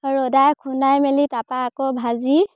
ৰ'দাই খুন্দাই মেলি তাৰপৰা আকৌ ভাজি